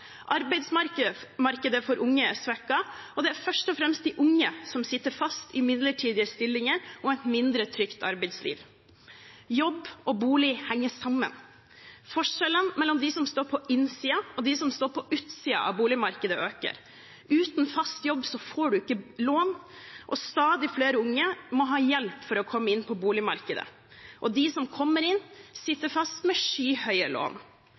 for unge er svekket, og det er først og fremst de unge som sitter fast i midlertidige stillinger og et mindre trygt arbeidsliv. Jobb og bolig henger sammen. Forskjellene mellom dem som står på innsiden, og dem som står på utsiden av boligmarkedet, øker. Uten fast jobb får man ikke lån, og stadig flere unge må ha hjelp for å komme inn på boligmarkedet. De som kommer inn, sitter fast med skyhøye lån.